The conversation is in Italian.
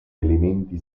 elementi